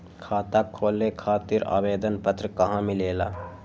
खाता खोले खातीर आवेदन पत्र कहा मिलेला?